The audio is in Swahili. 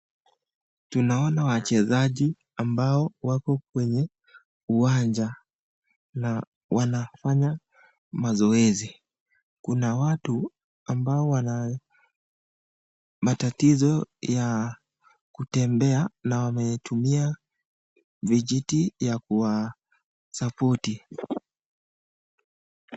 Tunaona wachezaji ambao wako kwenye uwanja na wanafanya mazoezi. Kuna watu ambao wana matatizo ya kutembea na wametumia vijiti ya kuwasapoti .